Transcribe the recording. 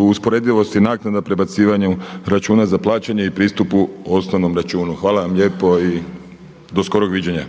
usporedivosti naknada, prebacivanju računa za plaćanje i pristupu osnovnom računu. Hvala vam lijepo i do skorog viđenja.